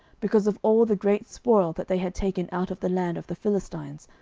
because of all the great spoil that they had taken out of the land of the philistines,